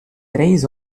três